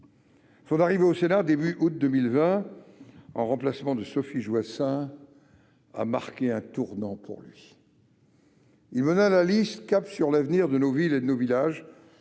Son arrivée au Sénat, au début du mois d'août 2020, en remplacement de Sophie Joissains, a marqué un tournant dans sa vie. Il mena la liste « Cap sur l'avenir de nos villes et de nos villages